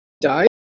Die